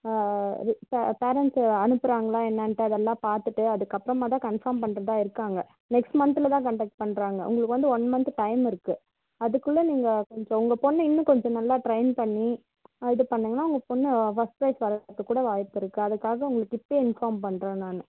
இது பே பேரண்ட்ஸு அனுப்புகிறாங்களா என்னென்ட்டு அதெல்லாம் பார்த்துட்டு அதுக்கப்புறமா தான் கன்ஃபார்ம் பண்ணுறதா இருக்காங்க நெக்ஸ்ட் மந்த்தில் தான் கன்டெக்ட் பண்ணுறாங்க உங்களுக்கு வந்து ஒன் மந்த் டைம் இருக்குது அதுக்குள்ளே நீங்கள் கொஞ்சம் உங்கள் பொண்ணை இன்னும் கொஞ்சம் நல்லா டிரெயின் பண்ணி இது பண்ணிங்கன்னால் உங்கள் பொண்ணு ஃபஸ்ட் ப்ரைஸ் வர்றதுக்கு கூட வாய்ப்பு இருக்குது அதுக்காக உங்களுக்கு இப்போவே இன்ஃபார்ம் பண்ணுறேன் நான்